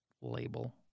label